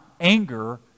anger